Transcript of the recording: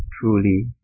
truly